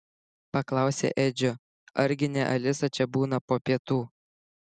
paklausė edžio argi ne alisa čia būna po pietų